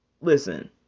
Listen